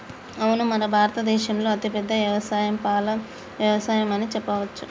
అవును మన భారత దేసంలో అతిపెద్ద యవసాయం పాల యవసాయం అని చెప్పవచ్చు